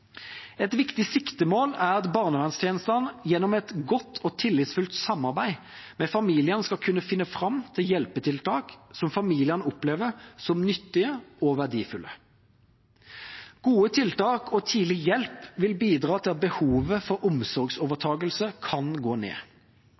Et viktig siktemål er at barnevernstjenestene gjennom et godt og tillitsfullt samarbeid med familiene skal kunne finne fram til hjelpetiltak som familiene opplever som nyttige og verdifulle. Gode tiltak og tidlig hjelp vil bidra til at behovet for